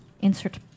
insert